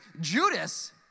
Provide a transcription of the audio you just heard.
Judas